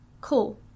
cool